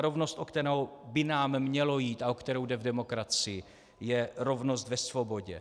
Rovnost, o kterou by nám mělo jít a o kterou jde v demokracii, je rovnost ve svobodě.